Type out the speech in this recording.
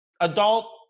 adult